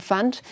Fund